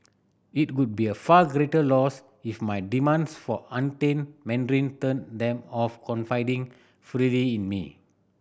it would be a far greater loss if my demands for untainted Mandarin turned them off confiding freely in me